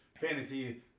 fantasy